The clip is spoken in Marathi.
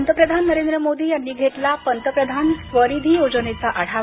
पंतप्रधान नरेंद्र मोदी यांनी घेतला पंतप्रधान स्वनिधी योजनेचा आढावा